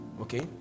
Okay